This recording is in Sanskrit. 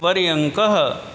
पर्यङ्कः